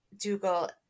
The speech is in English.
Dougal